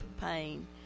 pain